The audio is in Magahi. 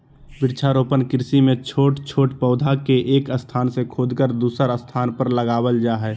वृक्षारोपण कृषि मे छोट छोट पौधा के एक स्थान से खोदकर दुसर स्थान पर लगावल जा हई